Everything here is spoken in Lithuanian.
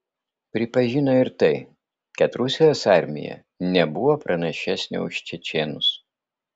pripažino ir tai kad rusijos armija nebuvo pranašesnė už čečėnus